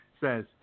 says